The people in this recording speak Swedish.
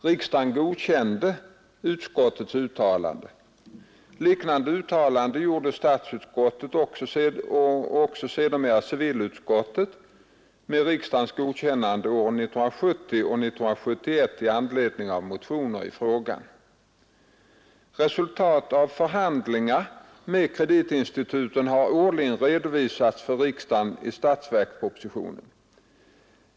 Riksdagen godkände utskottets uttalande. Liknande uttalanden gjorde statsutskottet och sedermera civilutskottet med riksdagens godkännande åren 1970 och 1971 i anledning av motioner i frågan. Resultatet av förhandlingar med kreditinstituten har årligen redovisats för riksdagen i statsverkspropositionen.